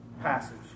passage